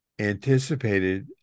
anticipated